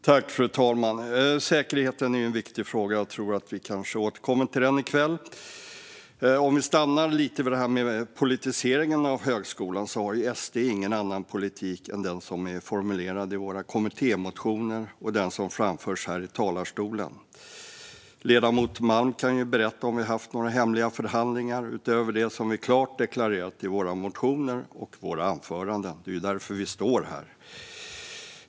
Fru talman! Säkerheten är en viktig fråga. Jag tror att vi återkommer till den i kväll. Låt oss stanna lite vid det här med politiseringen av högskolan. SD har ingen annan politik än den som är formulerad i våra kommittémotioner och den som framförs här i talarstolen. Ledamoten Malm kan ju berätta om vi har haft några hemliga förhandlingar utöver det som vi klart deklarerat i våra motioner och i våra anföranden, som är anledningen till att vi står här.